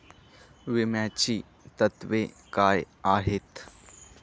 विम्याची तत्वे काय आहेत?